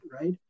right